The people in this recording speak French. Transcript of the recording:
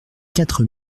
quatre